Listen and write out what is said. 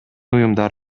уюмдар